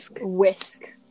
Whisk